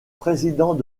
président